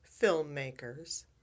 filmmakers